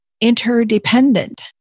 interdependent